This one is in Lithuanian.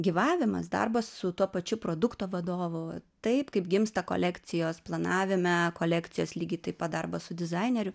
gyvavimas darbas su tuo pačiu produkto vadovu taip kaip gimsta kolekcijos planavime kolekcijos lygiai taip pat darbas su dizaineriu